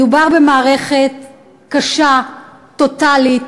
מדובר במערכת קשה, טוטלית.